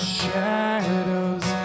shadows